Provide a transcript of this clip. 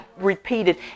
repeated